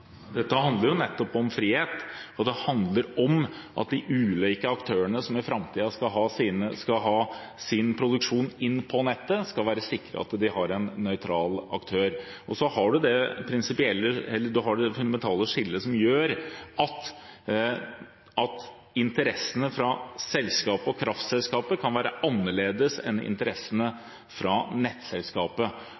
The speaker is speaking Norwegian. dette handler jo nettopp om frihet, og det handler om at de ulike aktørene som i framtiden skal ha sin produksjon inn på nettet, skal være sikre på at de har en nøytral aktør. Og så har man det fundamentale skillet som gjør at interessene hos selskapet og kraftselskapet kan være annerledes enn interessene